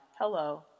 Hello